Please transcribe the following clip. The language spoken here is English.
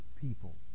people